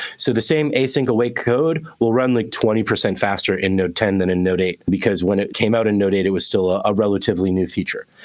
so the same async await code will run, like, twenty percent faster in node ten than in node eight, because when it came out in node eight, it was still a ah relatively new feature.